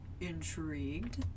intrigued